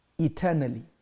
eternally